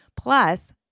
plus